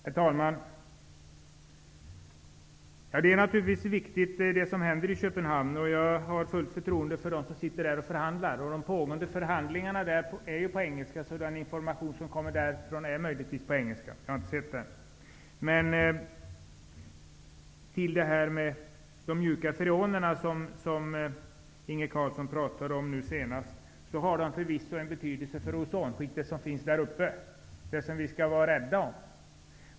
Herr talman! Det som händer i Köpenhamn är naturligtvis viktigt. Jag har fullt förtroende för dem som är där och förhandlar. De pågående förhandingarna förs på engelska, så den information som kommer därifrån är möjligtvis på engelska. Jag har inte sett den. De mjuka freonerna, som Inge Carlsson pratade om senast, har förvisso en betydelse för det ozonskikt som finns där uppe, det som vi skall vara rädda om.